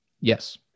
yes